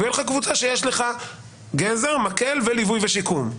תהיה לך קבוצה שיש לך גזר, מקל וליווי ושיקום.